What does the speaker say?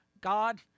God